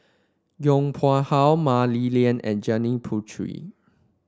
Yong Pung How Mah Li Lian and Janil Puthucheary